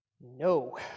No